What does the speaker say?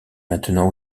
maintenant